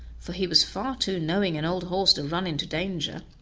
for he was far too knowing an old horse to run into danger.